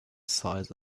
size